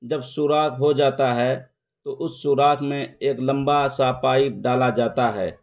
جب سوراخ ہو جاتا ہے تو اس سوراخ میں ایک لمبا سا پائپ ڈالا جاتا ہے